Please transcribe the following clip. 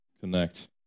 connect